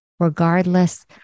Regardless